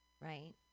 right